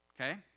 Okay